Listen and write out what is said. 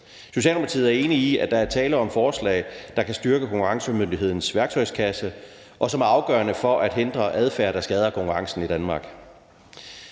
Socialdemokratiet er enige i, at der er tale om forslag, der kan styrke konkurrencemyndighedens værktøjskasse, og som er afgørende for at hindre adfærd, der skader konkurrencen i Danmark.